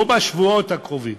לא בשבועות הקרובים,